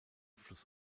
fluss